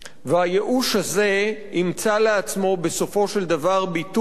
והייאוש הזה ימצא לעצמו בסופו של דבר ביטוי